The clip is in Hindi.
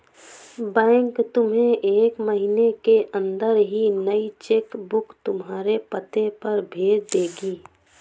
बैंक तुम्हें एक महीने के अंदर ही नई चेक बुक तुम्हारे पते पर भेज देगी